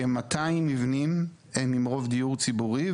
כ-200 מבנים הם עם רוב דיור ציבורי,